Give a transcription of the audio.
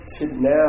now